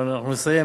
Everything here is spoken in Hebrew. אבל אנחנו נסיים.